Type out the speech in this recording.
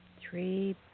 Three